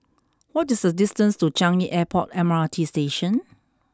what is the distance to Changi Airport M R T Station